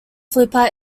flipper